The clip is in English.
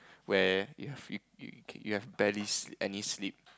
where you've you you you have barely sl~ any sleep